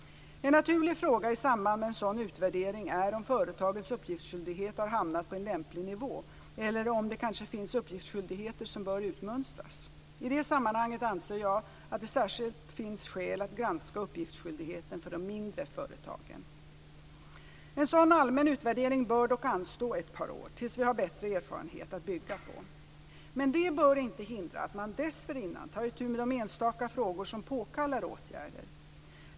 En naturlig fråga i samband med en sådan utvärdering är om företagets uppgiftsskyldighet har hamnat på en lämplig nivå eller om det kanske finns uppgiftsskyldigheter som bör utmönstras. I det sammanhanget anser jag att det särskilt finns skäl att granska uppgiftsskyldigheten för de mindre företagen. En sådan allmän utvärdering bör dock anstå ett par år till dess att vi har bättre erfarenhet att bygga på. Men det bör inte hindra att man dessförinnan tar itu med de enstaka frågor som påkallar åtgärder.